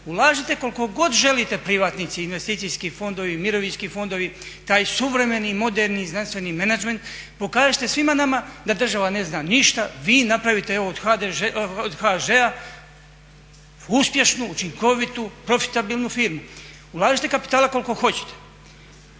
ulažite koliko god želite privatnici i investicijski fondovi i mirovinski fondovi, taj suvremeni, moderni, znanstveni menadžment, pokažite svima nama da država ne zna ništa, vi napravite evo od HŽ-a uspješnu, učinkovitu, profitabilnu firmu. Ulažite kapitala koliko hoćete,